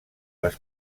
les